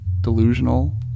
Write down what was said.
delusional